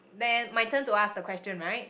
then my turn to ask the question right